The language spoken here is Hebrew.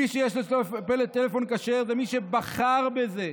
מי שיש לו טלפון כשר זה מי שבחר בזה,